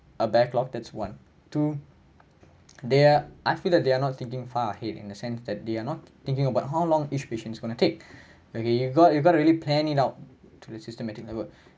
a backlogged that's one two they are I feel that they are not thinking far ahead in the sense that they are not thinking about how long each patients gonna take okay you got you've got really plan it out to be systematic in the work